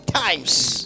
times